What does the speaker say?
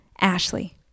Ashley